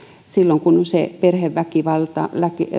silloin kun se perheväkivalta